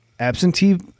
Absentee